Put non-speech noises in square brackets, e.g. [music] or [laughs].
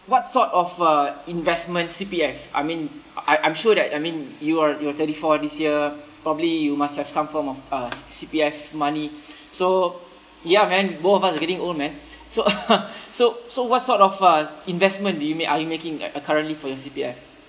what sort of uh investment C_P_F I mean I I'm sure that I mean you are you're thirty four this year probably you must have some form of uh C_P_F money [breath] so ya man both of us are getting old man so [laughs] so so what sort of uh investment do you ma~ are you making uh currently for your C_P_F